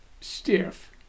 stiff